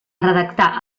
redactar